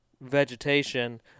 vegetation